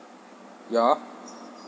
yeah